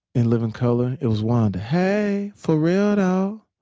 in living color, it was wanda. hey, for real, but